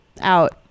out